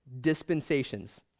dispensations